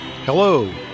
Hello